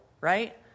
right